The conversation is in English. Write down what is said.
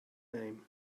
name